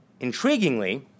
intriguingly